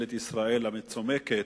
ממשלת ישראל המצומקת,